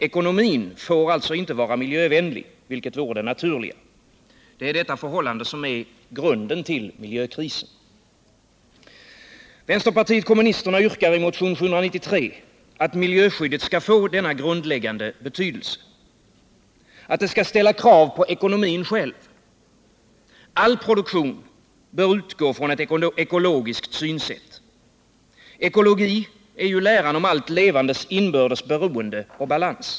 Ekonomin får alltså inte vara miljövänlig, vilket vore det naturliga. Det är detta förhållande som är grunden till miljökrisen. Vänsterpartiet kommunisterna yrkar i motionen 793 att miljöskyddet skall få denna grundläggande betydelse, att det skall ställa krav på ekonomin själv. All produktion bör utgå från ett ekologiskt synsätt. Ekologi är ju läran om allt levandes inbördes beroende och balans.